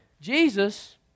Jesus